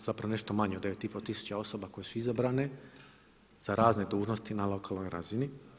Zapravo nešto manje od 9,5 tisuća osoba koje su izabrane za razne dužnosti na lokalnoj razini.